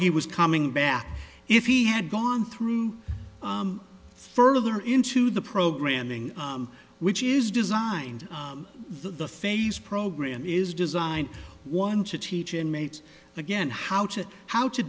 he was coming back if he had gone through further into the programming which is designed the phase program is designed one to teach inmates again how to how to